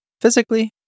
Physically